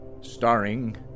Starring